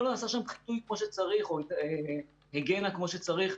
נעשה שם חיטוי כמו שצריך או היגיינה כמו שצריך,